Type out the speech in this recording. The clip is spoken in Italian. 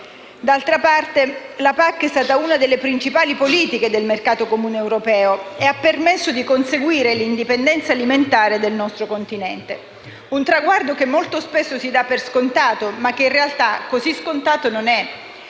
D'altra parte, la PAC è stata una delle principali politiche del mercato comune europeo e ha permesso di conseguire l'indipendenza alimentare del nostro continente. Un traguardo che molto spesso si dà per scontato ma che, in realtà, così scontato non è.